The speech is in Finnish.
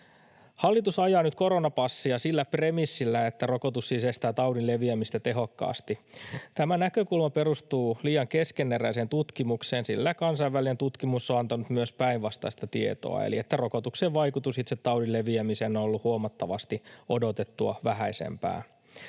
Hallitus ajaa nyt koronapassia sillä premissillä, että rokotus siis estää taudin leviämistä tehokkaasti. Tämä näkökulma perustuu liian keskeneräiseen tutkimukseen, sillä kansainvälinen tutkimus on antanut myös päinvastaista tietoa eli sellaista, että rokotuksien vaikutus itse taudin leviämiseen on ollut huomattavasti odotettua vähäisempää.